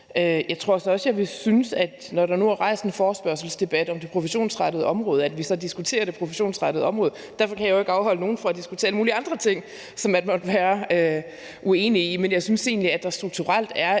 Jeg synes så også, når der nu er rejst en forespørgselsdebat om det professionsrettede område, at vi så skal diskutere det professionsrettede område. Jeg kan jo ikke afholde nogen fra at diskutere alle mulige andre ting, som man måtte være uenig i, men jeg synes egentlig, at der strukturelt er